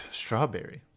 strawberry